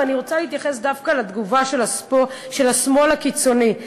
ואני רוצה להתייחס לתגובה של השמאל הקיצוני.